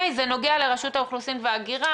זה נוגע לרשות האוכלוסין וההגירה,